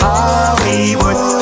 Hollywood